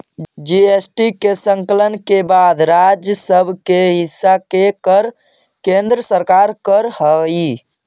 GST के संकलन के बाद राज्य सब के हिस्सा के कर केन्द्र सरकार कर हई